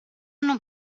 non